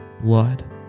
blood